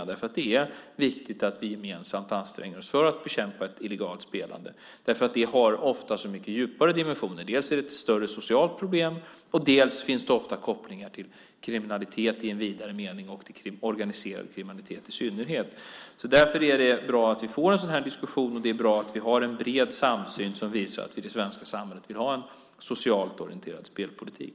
Det är viktigt att vi gemensamt anstränger oss för att bekämpa ett illegalt spelande eftersom det ofta har så mycket djupare dimensioner. Dels är det ett stort socialt problem, dels finns det ofta kopplingar till kriminalitet i en vidare mening och till organiserad kriminalitet i synnerhet. Därför är det bra att vi får en sådan här diskussion, och det är bra att vi har en bred samsyn som visar att vi i det svenska samhället vill ha en socialt orienterad spelpolitik.